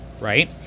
right